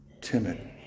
Timid